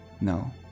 No